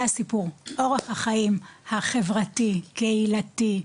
זה הסיפור, אורך החיים החברתי, קהילתי,